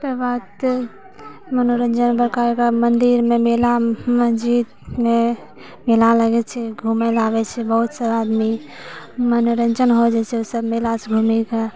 ओकर बाद मनोरञ्जन बड़का बड़का मन्दिरमे मेलामे जाहिमे मेला लगै छै घूमय लेल आबै छै बहुत सारा आदमी मनोरञ्जन हो जाइ छै ओहिसँ मेलासँ घुमिके